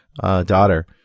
daughter